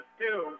two